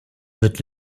wird